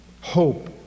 Hope